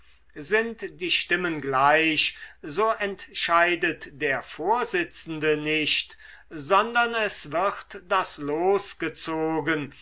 sind die stimmen gleich so entscheidet der vorsitzende nicht sondern es wird das los